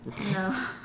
No